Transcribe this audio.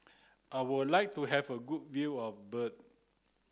I would like to have a good view of Bern